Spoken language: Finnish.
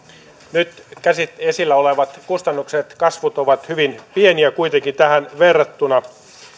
nyt esillä olevat kustannusten kasvut ovat hyvin pieniä kuitenkin tähän verrattuna